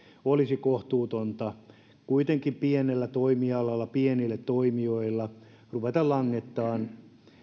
olisi kohtuutonta kuitenkin pienellä toimialalla pienille toimijoille ruveta langettamaan